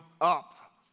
up